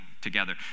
together